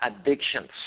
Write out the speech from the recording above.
addictions